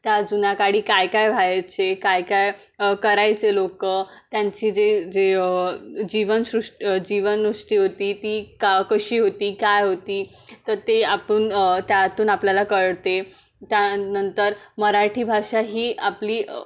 त्या जुन्या काळी काय काय व्हायचे काय काय करायचे लोक त्यांची जे जे जीवनसृ जीवननुष्टी होती ती का कशी होती काय होती तर ते आपण त्यातून आपल्याला कळते त्यानंतर मराठी भाषा ही आपली